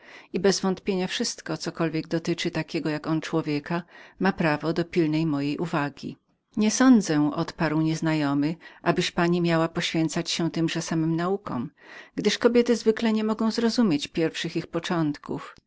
i bezwątpienia wszystko cokolwiek odnosi się do takiego jak on człowieka ma prawo do pilnej mojej uwagi nie sądzę odparł nieznajomy abyś pani miała poświęcać się tymże samym naukom gdyż kobiety zwykle nie mogą zrozumieć pierwszych ich początków